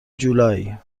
جولای